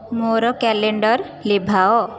ମୋର କ୍ୟାଲେଣ୍ଡର ଲିଭାଅ